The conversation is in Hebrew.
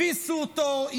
הביסו אותו,